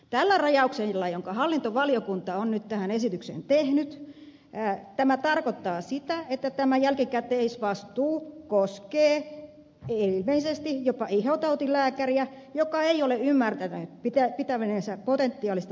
tällä rajauksella jonka hallintovaliokunta on nyt tähän esitykseen tehnyt tämä tarkoittaa sitä että tämä jälkikäteisvastuu koskee ilmeisesti jopa ihotautilääkäriä joka ei ole ymmärtänyt pitävänsä potentiaalista surmaajaa käsissään